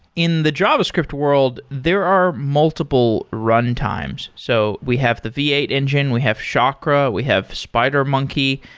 in the javascript world, there are multiple runtimes. so we have the v eight engine. we have chakra. we have spidermonkey.